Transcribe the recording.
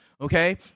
Okay